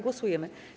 Głosujemy.